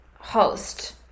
host